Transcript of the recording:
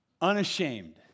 unashamed